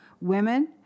women